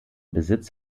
besitz